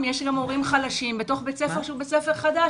הורים חלשים בתוך בית ספר שהוא בית ספר חזק,